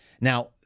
Now